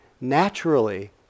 naturally